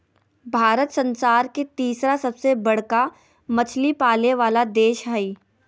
भारत संसार के तिसरा सबसे बडका मछली पाले वाला देश हइ